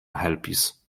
helpis